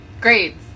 Great